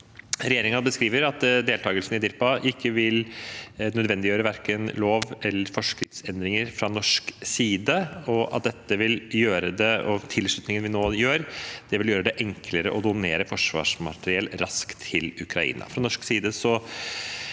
Regjeringen beskriver at deltakelsen i EDIRPA ikke vil nødvendiggjøre verken lov- eller forskriftsendringer fra norsk side, og at tilslutningen vi nå gjør, vil gjøre det enklere å donere forsvarsmateriell raskt til Ukraina.